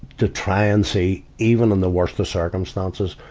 to try and see, even in the worst of circumstances,